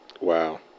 Wow